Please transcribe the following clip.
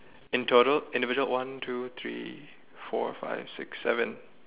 in total individual one two three four five six seven